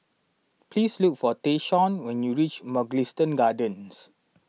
please look for Tayshaun when you reach Mugliston Gardens